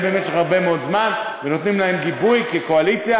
במשך מאוד הרבה זמן ונותנים להם גיבוי כקואליציה,